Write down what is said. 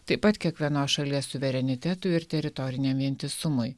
taip pat kiekvienos šalies suverenitetui ir teritoriniam vientisumui